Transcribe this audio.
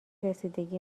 رسیدگی